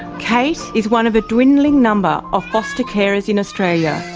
kate is one of a dwindling number of foster carers in australia.